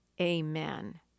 Amen